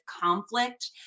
conflict